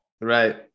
Right